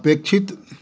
अपेक्षित